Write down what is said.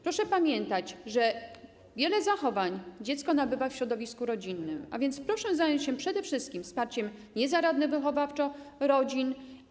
Proszę pamiętać, że wiele zachowań dziecko nabywa w środowisku rodzinnym, a więc proszę zająć się przede wszystkim wsparciem niezaradnych wychowawczo rodzin.